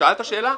שאלת שאלה?